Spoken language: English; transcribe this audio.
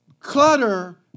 Clutter